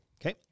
Okay